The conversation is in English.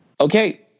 Okay